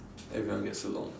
everyone gets along